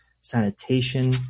Sanitation